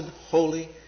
holy